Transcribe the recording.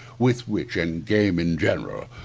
with which, and game in general,